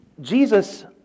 Jesus